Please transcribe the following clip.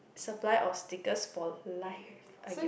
supply of stickers for life i gues~